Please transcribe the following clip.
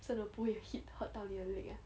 真的不会 hit hurt 到你的 leg ah